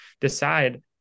decide